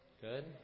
Good